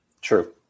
True